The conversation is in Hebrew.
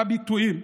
בביטויים,